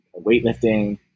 weightlifting